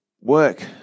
Work